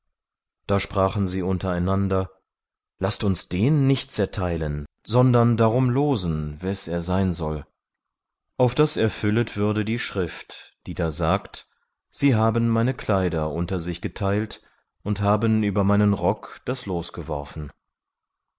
da sprachen sie untereinander laßt uns den nicht zerteilen sondern darum losen wes er sein soll auf daß erfüllet würde die schrift die da sagt sie haben meine kleider unter sich geteilt und haben über meinen rock das los geworfen